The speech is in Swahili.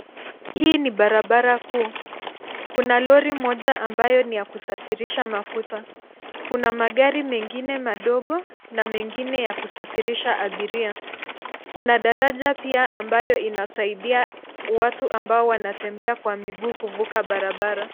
Hii ni barabara kuu. Kuna lori moja ambayo ni ya kusafirisha mafuta. Kuna magari mengine madogo, na mengine ya kusafirisha abiria. Kuna daraja pia ambayo inasaidia watu ambao wanatembea kwa miguu kuvuka barabara.